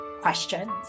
questions